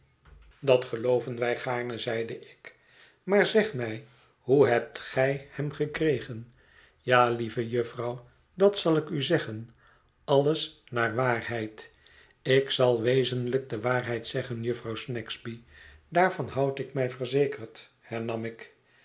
dat gelooven wij gaarne zeide ik maar zeg mij hoe hebt gij hem gekregen ja lieve jufvrouw dat zal ik u zeggen alles naar waarheid ik zal wezenlijk de waarheid zeggen jufvrouw snagsby daarvan houd ik mij verzekerd hernam ik